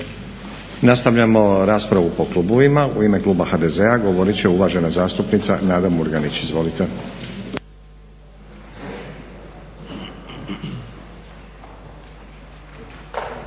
Nastavljamo raspravu po klubovima. U ime kluba HDZ-a govorit će uvažena zastupnica Nada Murganić. Izvolite.